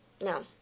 No